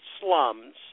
slums